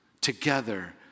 together